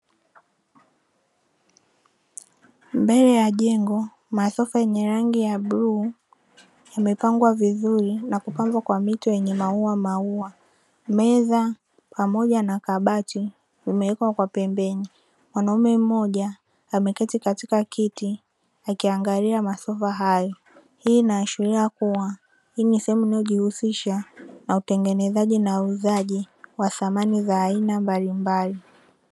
Mbele ya jengo masofa yenye rangi ya bluu yamepangwa vizuri na kupambwa kwa mito yenye mauamaua, meza pamoja na kabati vimewekwa kwa pembeni. Mwanaume mmoja ameketi katika kiti akiangalia masofa hayo, Hii inaashiria kuwa hii ni sehemu inayojihusisha na utengeneza na uuzaji wa samani za aina mbalimbali.